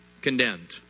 condemned